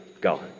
God